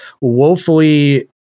woefully